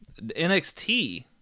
NXT